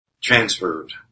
transferred